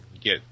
Get